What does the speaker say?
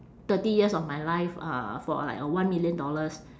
thirty years of my life uh for like uh one million dollars